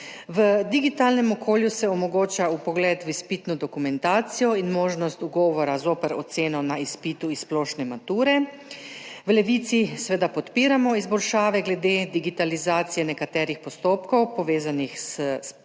V digitalnem okolju se omogoča vpogled v izpitno dokumentacijo in možnost ugovora zoper oceno na izpitu iz splošne mature. V Levici seveda podpiramo izboljšave glede digitalizacije nekaterih postopkov, povezanih s spremljanjem